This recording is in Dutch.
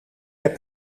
heb